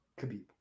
Khabib